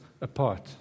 apart